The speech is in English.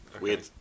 Weird